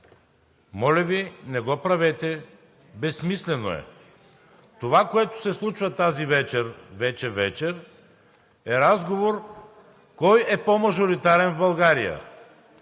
Моля Ви, не го правете – безсмислено е. Това, което се случва тази вечер, вече вечер, е разговор кой е по-мажоритарен в България.